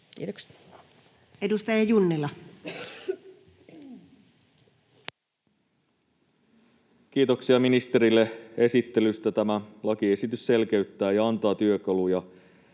Time: 17:10 Content: Kiitoksia ministerille esittelystä. — Tämä lakiesitys selkeyttää ja antaa työkaluja